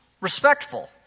respectful